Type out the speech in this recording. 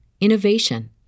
innovation